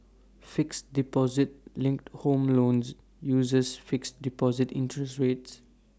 fixed deposit linked home loans uses fixed deposit interest rates